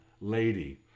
lady